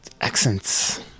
accents